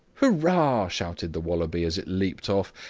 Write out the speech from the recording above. hurrah! shouted the wallaby, as it leaped off.